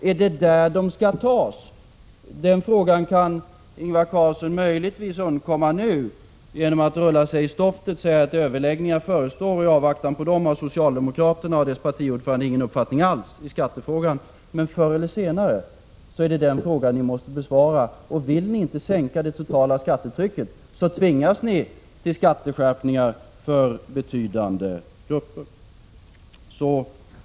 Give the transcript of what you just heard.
Är det från någon av dessa grupper pengarna skall tas? Den frågan kan Ingvar Carlsson möjligtvis undkomma nu, genom att rulla sig i stoftet och säga att överläggningar förestår. I avvaktan på dem har socialdemokraterna och dess partiordförande ingen uppfattning alls i skattefrågan. Men förr eller senare är det denna fråga som ni måste besvara. Vill ni inte sänka det totala skattetrycket, tvingas ni till skatteskärpningar för betydande grupper.